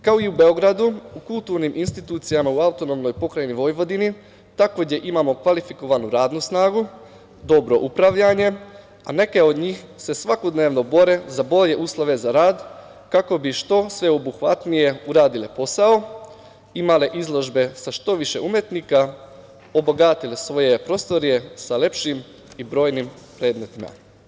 Kao i u Beogradu, u kulturnim institucijama u AP Vojvodini, takođe imamo kvalifikovanu radnu snagu, dobro upravljanje, a neke od njih se svakodnevno bore za bolje uslove za rad, kako bi što sveobuhvatnije uradile posao, imale izložbe sa što više umetnika, obogatile svoje prostorije sa lepšim i brojnim predmetima.